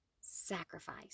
sacrifice